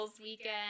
weekend